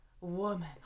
woman